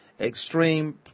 extreme